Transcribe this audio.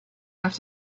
have